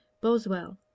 Boswell